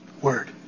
word